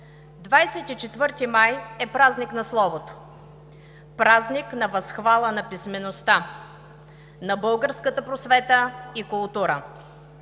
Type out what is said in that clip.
май е празник на словото, празник на възхвала на писмеността, на българската просвета и култура.